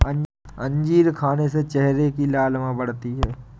अंजीर खाने से चेहरे की लालिमा बढ़ती है